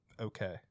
okay